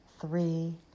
three